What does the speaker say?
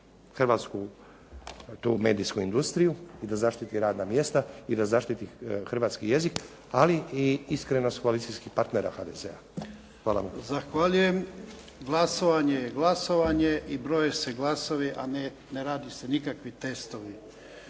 Hrvatsku medijsku industriju i da zaštiti radna mjesta i da zaštiti hrvatski jezik ali i iskrenost koalicijskih partnera HDZ-a. Hvala vam. **Jarnjak, Ivan (HDZ)** Zahvaljujem. Glasovanje je glasovanje, i broje se glasovi ne rade se nikakvi testovi.